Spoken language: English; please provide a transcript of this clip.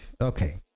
Okay